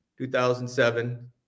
2007